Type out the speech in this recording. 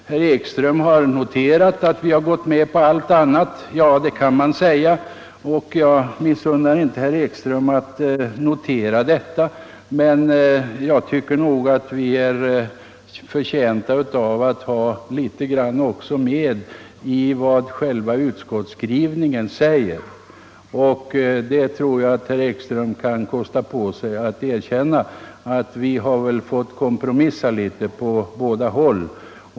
Herr Ekström hade noterat att vi har gått med på allt annat. Ja, det kan man kanske säga. Jag missunnar inte herr Ekström att notera det, men jag tycker nog att vi har bidragit med en hel del i själva utskottsskrivningen. Det tycker jag att herr Ekström kunde kosta på sig att erkänna. Vi har väl fått kompromissa på båda håll.